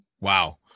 Wow